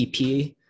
EP